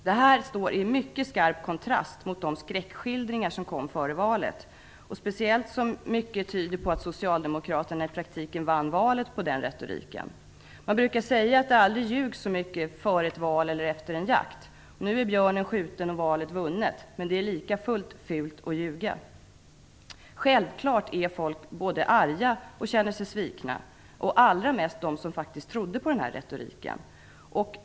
Det här står i mycket skarp kontrast mot de skräckskildringar som kom före valet, speciellt som mycket tyder på att Socialdemokraterna i praktiken vann valet på den retoriken. Man brukar säga att det aldrig ljugs så mycket som före ett val eller efter en jakt. Nu är björnen skjuten och valet vunnet, men det är likafullt fult att ljuga. Självklart känner sig folk både arga och svikna, allra mest de som faktiskt trodde på den här retoriken.